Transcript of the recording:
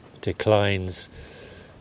declines